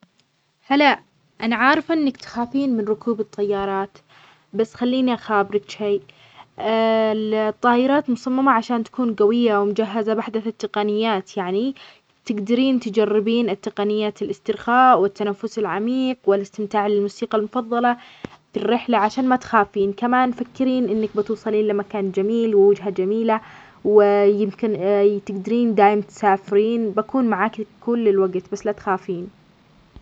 هلا، أنا عارفة أنك تخافين من ركوب الطيارات! بس خليني أخابريك شيء: الطائرات مصممة عشان تكون جوية، ومجهزة بأحدث التقنيات، يعني تقدرين تجربين تقنيات الإسترخاء، والتنفس العميق والإستمتاع بالمسيقى المفظلة في الرحلة عشان ما تخافين. كمان فكري أنك بتوصلين لمكان جميل ووجهة جميلة ، ويمكن تقدرين دأيم تسافرين، بكون معاك كل الوقت بس لا تخافين.